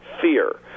fear